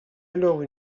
alors